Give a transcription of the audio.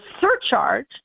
surcharge